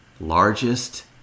largest